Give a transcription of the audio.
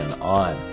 on